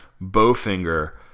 Bowfinger